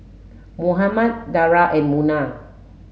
Muhammad Dara and Munah